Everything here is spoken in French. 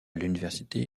l’université